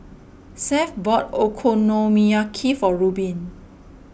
Seth bought Okonomiyaki for Rubin